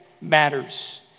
matters